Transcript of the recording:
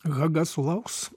haga sulauks